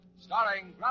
starring